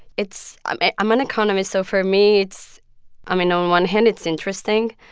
it's i'm it's i'm an economist, so for me, it's i mean, on one hand, it's interesting.